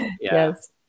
Yes